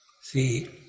See